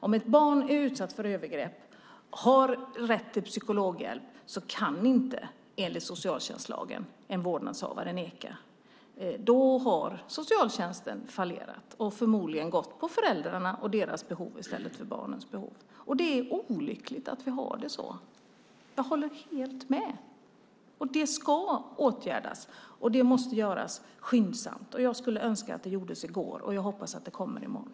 Om ett barn som utsatts för övergrepp har rätt till psykologhjälp kan inte en vårdnadshavare, enligt socialtjänstlagen, neka barnet det. I så fall har socialtjänsten fallerat och förmodligen utgått från föräldrarnas behov i stället för barnets behov. Jag håller helt med om att det är olyckligt att vi har det så. Det ska åtgärdas, och det måste ske skyndsamt. Jag skulle önska att det skedde i går och hoppas att det sker i morgon.